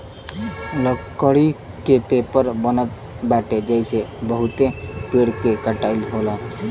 लकड़ी के पेपर बनत बाटे जेसे बहुते पेड़ के कटाई होला